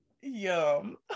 Yum